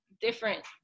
different